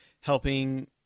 helping